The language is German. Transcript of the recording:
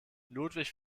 ludwig